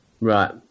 Right